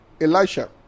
Elisha